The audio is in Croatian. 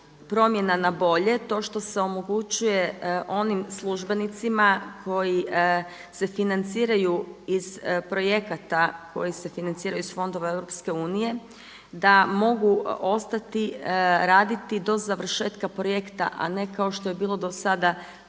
promjena na bolje to što se omogućuje onim službenicima koji se financiraju iz projekata, koji se financiraju iz fondova EU da mogu ostati raditi do završetka projekta, a ne kao što je bilo do sada